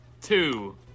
two